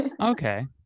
Okay